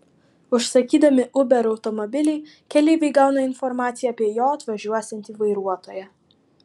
užsakydami uber automobilį keleiviai gauna informaciją apie jo atvažiuosiantį vairuotoją